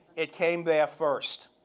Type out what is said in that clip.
it came there first.